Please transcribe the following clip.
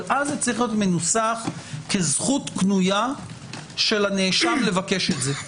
אבל אז זה צריך להיות מנוסח כזכות קנויה של הנאשם לבקש את זה,